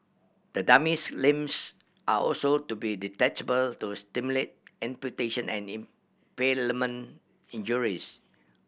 the dummy's limbs are also to be detachable to simulate imputation and impalement injuries